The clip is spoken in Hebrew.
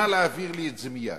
נא להעביר לי את זה מייד.